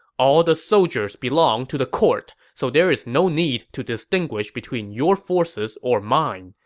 all the soldiers belong to the court, so there's no need to distinguish between your forces or mine,